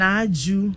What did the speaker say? Naju